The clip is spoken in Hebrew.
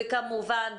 וכמובן,